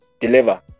deliver